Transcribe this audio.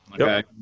Okay